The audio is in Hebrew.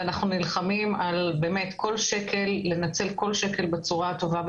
אנחנו נסמכים פה מראש על עולמה של תורה.